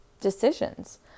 decisions